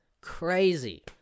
crazy